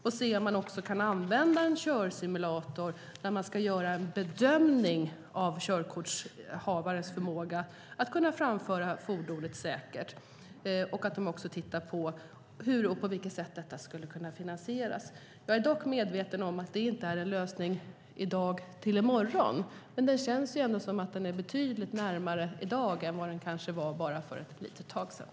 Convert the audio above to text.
Men ser om man kan använda en körsimulator när man ska göra en bedömning av körkortshavarens förmåga att kunna framföra fordonet säkert. De tittar också på hur och på vilket sätt detta skulle kunna finansieras. Jag är dock medveten om att det inte är en lösning för i morgon, men det känns ändå att lösningen är betydligt närmare i dag än vad den kanske var bara för ett litet tag sedan.